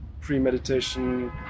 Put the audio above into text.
premeditation